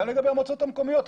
אז גם לגבי המועצות המקומיות,